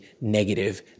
negative